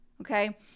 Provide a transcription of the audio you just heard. Okay